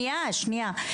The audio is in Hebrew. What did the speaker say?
שנייה, שנייה.